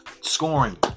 scoring